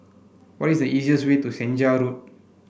what is the easiest way to Senja Road